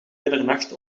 middernacht